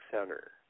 center